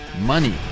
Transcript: money